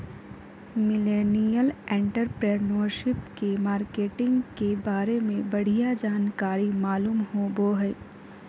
millennial entrepreneurship के marketing के बारे में बढ़िया जानकारी मालूम होबो हय